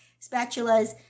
spatulas